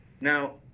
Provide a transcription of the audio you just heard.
Now